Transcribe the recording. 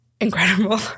incredible